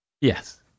Yes